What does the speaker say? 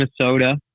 Minnesota